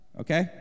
okay